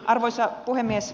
arvoisa puhemies